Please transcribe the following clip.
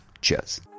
Cheers